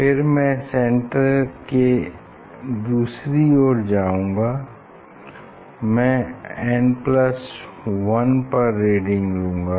फिर मैं सेन्टर के दूसरी ओर जाऊंगा मैं n1 पर रीडिंग लूंगा